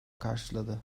karşıladı